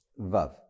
Vav